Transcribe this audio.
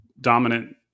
dominant